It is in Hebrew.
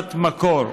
עבירת מקור.